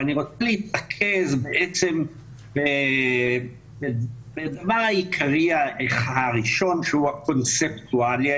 ואני רוצה להתרכז בעצם בדבר העיקרי הראשון שהוא הקונספטואלי,